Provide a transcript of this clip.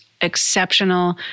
exceptional